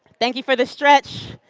thank you for the stretch.